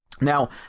Now